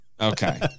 Okay